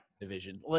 division